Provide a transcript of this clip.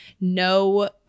no